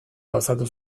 gauzatu